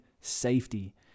safety